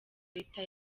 leta